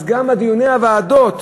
אז גם דיוני הוועדות,